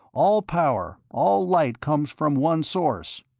all power, all light comes from one source.